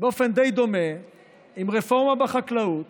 באופן די דומה עם רפורמה בחקלאות,